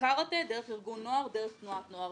קראטה דרך ארגון נוער דרך תנועת נוער.